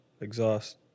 exhaust